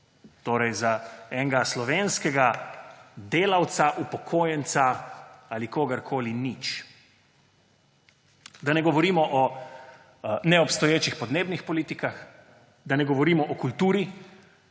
Torej za enega slovenskega delavca, upokojenca ali kogarkoli nič. Da ne govorimo o neobstoječih podnebnih politikah. Da ne govorimo o kulturi,